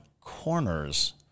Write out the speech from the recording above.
corners